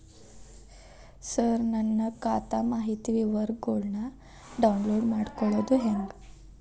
ಸರ ನನ್ನ ಖಾತಾ ಮಾಹಿತಿ ವಿವರಗೊಳ್ನ, ಡೌನ್ಲೋಡ್ ಮಾಡ್ಕೊಳೋದು ಹೆಂಗ?